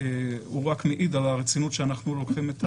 הוא רק מעיד על הרצינות שאנחנו לוקחים את העניין.